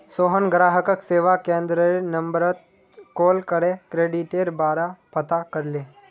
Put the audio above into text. सोहन ग्राहक सेवा केंद्ररेर नंबरत कॉल करे क्रेडिटेर बारा पता करले